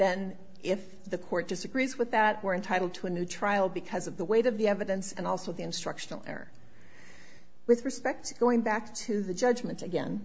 then if the court disagrees with that we're entitled to a new trial because of the weight of the evidence and also the instructional error with respect going back to the judgment again